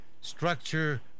structure